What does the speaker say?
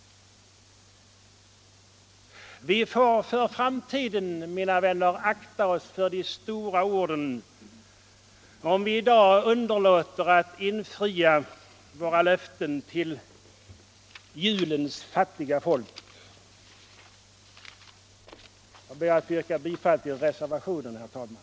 Vi får för framtiden, mina vänner, akta oss för de stora orden om vi i dag inför julen underlåter att infria våra löften till fattiga folken. Jag ber att få yrka bifall till reservationen, herr talman.